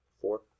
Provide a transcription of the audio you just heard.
Four